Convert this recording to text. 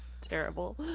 Terrible